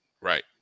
Right